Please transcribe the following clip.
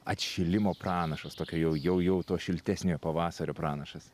atšilimo pranašas tokio jau jau jau to šiltesnio pavasario pranašas